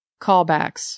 callbacks